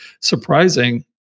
surprising